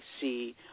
see